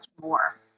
more